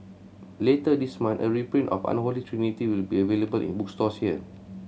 later this month a reprint of Unholy Trinity will be available in bookstores here